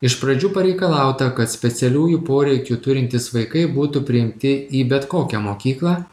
iš pradžių pareikalauta kad specialiųjų poreikių turintys vaikai būtų priimti į bet kokią mokyklą